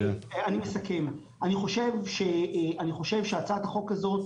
אני רוצה להגיד דבר אחרון ולסכם: אני חושב שהצעת החוק הזאת,